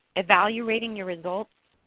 evaluating your results,